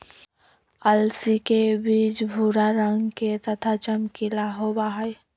अलसी के बीज भूरा रंग के तथा चमकीला होबा हई